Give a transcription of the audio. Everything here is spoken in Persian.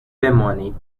بمانید